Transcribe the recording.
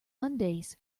mondays